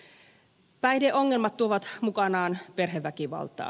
päihdeongelmat tuovat mukanaan perheväkivaltaa